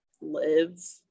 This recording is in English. live